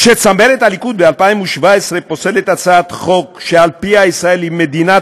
כשצמרת הליכוד ב-2017 פוסלת הצעת חוק שעל פיה ישראל היא מדינת